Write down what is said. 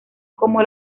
como